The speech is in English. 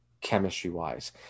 chemistry-wise